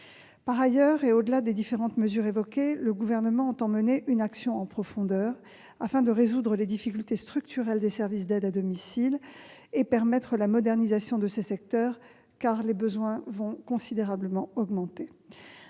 Par ailleurs, au-delà des différentes mesures évoquées, le Gouvernement entend mener une action en profondeur, afin de résoudre les difficultés structurelles des services d'aide et d'accompagnement à domicile et de permettre la modernisation de ce secteur. Nous le savons, les besoins vont considérablement augmenter.